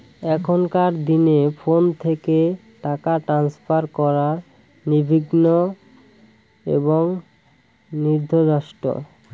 এখনকার দিনে ফোন থেকে টাকা ট্রান্সফার করা নির্বিঘ্ন এবং নির্ঝঞ্ঝাট